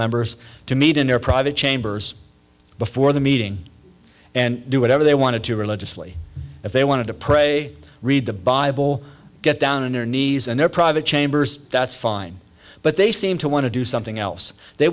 members to meet in their private chambers before the meeting and do whatever they wanted to religiously if they wanted to pray read the bible get down on their knees and their private chambers that's fine but they seem to want to do something else they